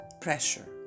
pressure